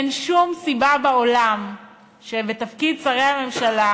אין שום סיבה בעולם שבתפקיד שרי הממשלה